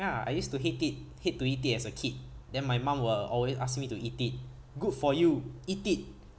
ya I used to hate it hate to eat it as a kid then my mum will always ask me to eat it good for you eat it